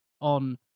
On